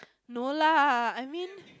no lah I mean